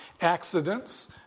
accidents